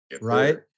right